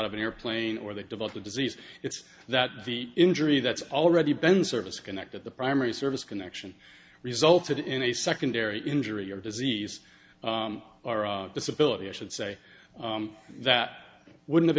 of an airplane or they develop a disease it's that the injury that's already been service connected the primary service connection resulted in a secondary injury or disease or disability i should say that would have